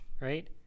right